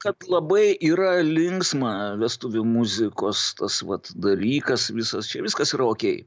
kad labai yra linksma vestuvių muzikos tas vat dalykas visas čia viskas yra okei